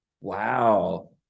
Wow